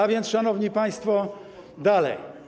A więc, szanowni państwo, dalej.